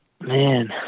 Man